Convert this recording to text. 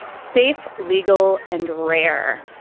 safe legal and rare.